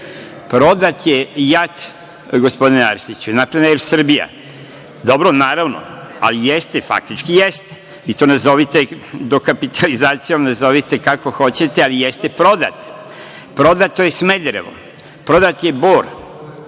delom. Prodat je „Jat“ gospodine Arsiću, napravljena „Er Srbija“. Dobro, naravno, ali faktički jeste i to nazovite dokapitalizacijom, nazovite kako hoćete, ali jeste prodat. Prodato je „Smederevo“, prodat je „Bor“,